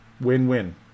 Win-win